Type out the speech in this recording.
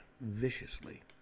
viciously